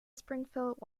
springfield